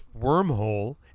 wormhole